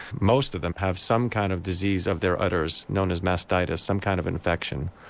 most of them have some kind of disease of their udders, known as mastitis, some kind of infection.